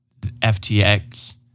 FTX